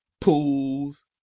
pools